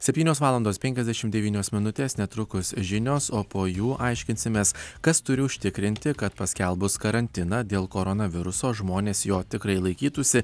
septynios valandos penkiasdešimt devynios minutės netrukus žinios o po jų aiškinsimės kas turi užtikrinti kad paskelbus karantiną dėl koronaviruso žmonės jo tikrai laikytųsi